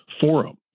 forum